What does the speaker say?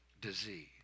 disease